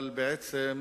אבל בעצם,